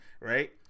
Right